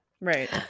Right